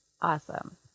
Awesome